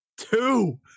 two